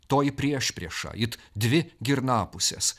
toji priešprieša it dvi girnapusės